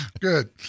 Good